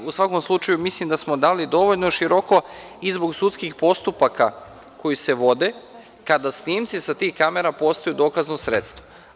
U svakom slučaju, mislim da smo ovo dali dovoljno široko, i zbog sudskih postupaka koji se vode kada snimci sa tih kamera postaju dokazno sredstvo.